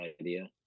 idea